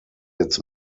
its